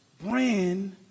brand